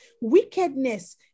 wickedness